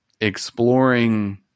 exploring